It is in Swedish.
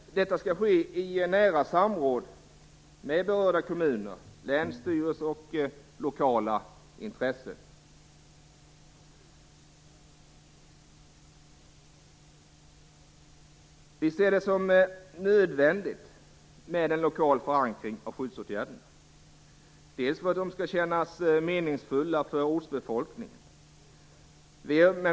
Detta skall ske i nära samråd med berörda kommuner, länsstyrelser och lokala intressen. Vi ser det som nödvändigt med en lokal förankring av skyddsåtgärderna för att de skall kännas meningsfulla för ortsbefolkningen.